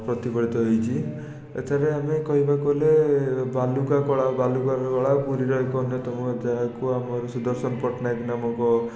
ପ୍ରତିଫଳିତ ହେଇଛି ଏଥିରେ ଆମେ କହିବାକୁ ଗଲେ ବାଲୁକା କଳା ବାଲୁକା କଳା ପୁରୀର ଏକ ଅନ୍ୟତମ ଯାହାକୁ ଆମର ସୁଦର୍ଶନ ପଟ୍ଟନାୟକ ନାମକ